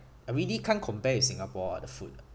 I really can't compare with singapore ah the food